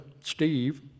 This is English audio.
Steve